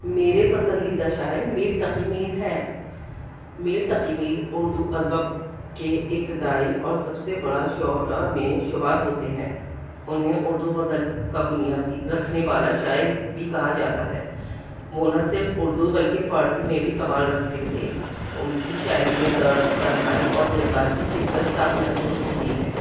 میرے پسندیدہ شاعر میر تقی میر ہے میر تقی میر اردو ادبب کے ابتدائی اور سب سے بڑا شعرا میں شمار ہوتے ہیں انہیں اردو غزل کا بنیادی رکھنے والا شاعر بھی کہا جاتا ہے وہ نہ صرف اردو بلکہ فارسی میں بھی کمال رکھتے تھے ان کی شاعری میں درد تنہائی اور جذبات کی شدت صاف محسوس ہوتی ہے